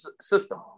system